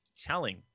telling